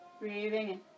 Breathing